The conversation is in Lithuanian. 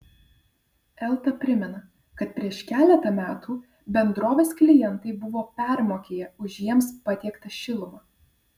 elta primena kad prieš keletą metų bendrovės klientai buvo permokėję už jiems patiektą šilumą